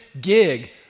gig